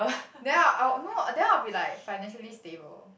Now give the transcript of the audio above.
then I'll no then I'll be like financially stable